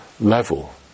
level